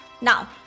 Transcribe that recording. now